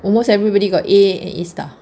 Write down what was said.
almost everybody got A and A star